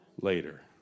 later